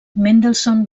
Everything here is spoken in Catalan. mendelssohn